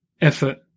effort